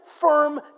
firm